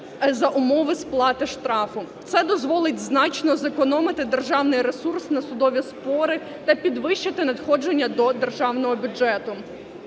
за умови сплати штрафу. Це дозволить значно зекономити державний ресурс на судові спори та підвищити надходження до державного бюджету.